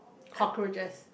cockroaches